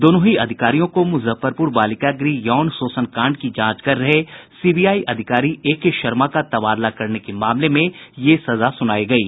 दोनों ही अधिकारियों को मुजफ्फरपुर बालिका गृह यौन शोषण कांड की जांच कर रहे सीबीआई अधिकारी ए के शर्मा का तबादला करने के मामले में यह सजा सुनायी गयी